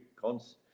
cons